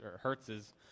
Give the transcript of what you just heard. Hertz's